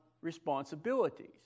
responsibilities